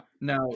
Now